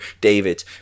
david